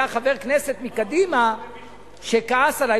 היה חבר כנסת מקדימה שכעס עלי,